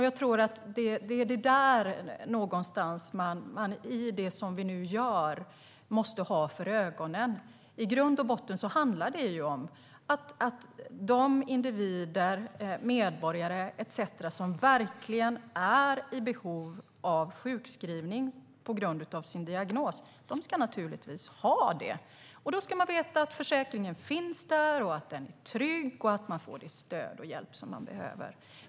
Jag tror att det någonstans är detta man måste ha för ögonen i det som vi nu gör. I grund och botten handlar det om att de individer, medborgare etcetera som verkligen är i behov av sjukskrivning på grund av sin diagnos naturligtvis ska ha det. Då ska man veta att försäkringen finns där, att den är trygg och att man kan få det stöd och den hjälp som man behöver.